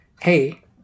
hey